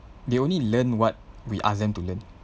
they only learn what we ask them to learn